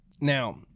Now